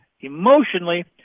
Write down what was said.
Emotionally